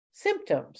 symptoms